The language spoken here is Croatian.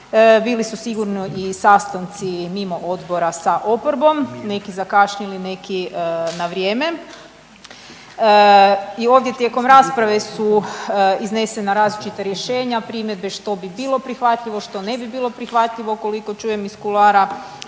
Bili su sigurno i sastanci mimo odbora sa oporbom neki zakašnjeli, neki na vrijeme. I ovdje tijekom rasprave su iznesena različita rješenja, primjedbe što bi bilo prihvatljivo, što ne bi bilo prihvatljivo. Koliko čujem iz kuloara